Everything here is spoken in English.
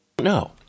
No